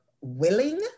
willing